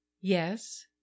yes